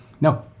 No